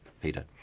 Peter